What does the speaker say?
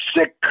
sick